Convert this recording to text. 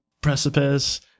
precipice